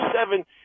seven